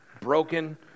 broken